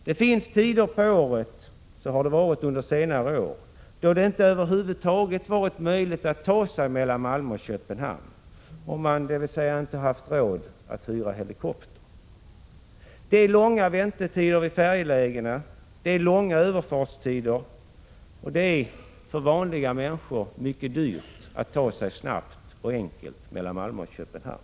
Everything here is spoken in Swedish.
Det finns tider på året — så har det varit under senare år — då det över huvud taget inte har varit möjligt att ta sig från Malmö till Köpenhamn, såvida man inte haft råd att hyra en helikopter. Det är långa väntetider vid färjelägena, långa överfartstider och för vanliga människor mycket dyrt att snabbt och enkelt ta sig mellan Malmö och Köpenhamn.